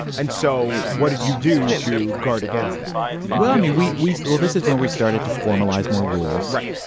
and so what did you do to guard against that did you. well i mean we. well this is when we started to formalize more rules. right.